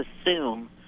assume